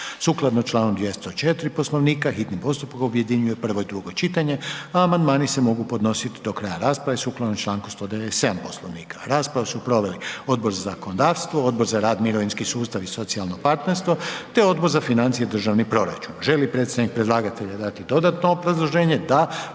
Sukladno čl. 204. Poslovnika hitni postupak objedinjuje prvo i drugo čitanje, a amandmani se mogu podnositi do kraja rasprave, sukladno čl. 197. Poslovnika. Raspravu su proveli Odbor za zakonodavstvo, Odbor za rad, mirovinski sustav i socijalno partnerstvo te Odbor za financije i državni proračun. Želi li predstavnik predlagatelja dati dodano obrazloženje? Da.